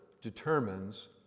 determines